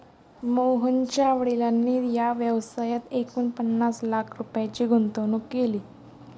मोहनच्या वडिलांनी या व्यवसायात एकूण पन्नास लाख रुपयांची गुंतवणूक केली